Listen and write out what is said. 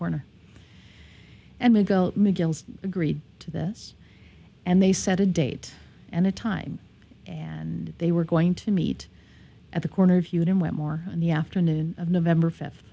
corner and agreed to this and they set a date and a time and they were going to meet at the corner of hewitt and wetmore in the afternoon of november fifth